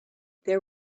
there